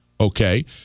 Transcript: Okay